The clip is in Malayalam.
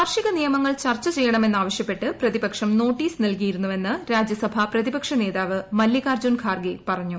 കാർഷിക നിയമങ്ങൾ ചർച്ച ചെയ്യണ മെന്നാവശ്യപ്പെട്ട് പ്രതിപക്ഷം നോട്ടീസ് നൽകിയിരുന്നുവെന്ന് രാജ്യസഭാ പ്രതിപക്ഷ നേതാവ് മല്ലികാർജുൻ ഖാർഗെ പറഞ്ഞു